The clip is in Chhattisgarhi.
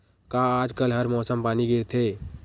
का आज कल हर मौसम पानी गिरथे?